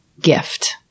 gift